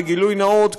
בגילוי נאות,